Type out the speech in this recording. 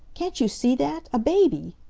can't you see that? a baby!